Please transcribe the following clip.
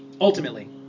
Ultimately